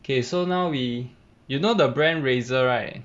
K so now we you know the brand Razer right